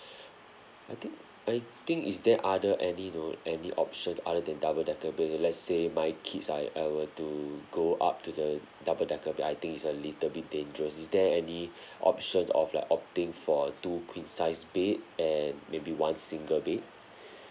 I think I think is there other any know any options other than double decker bed let's say my kids I I were to go up to the double decker bed I think it's a little bit dangerous is there any options of like opting for a two queen size bed and maybe one single bed